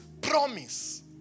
promise